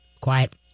Quiet